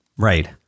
Right